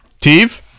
Teve